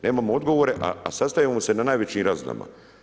Nemamo odgovore a sastajemo se na najvećim razinama.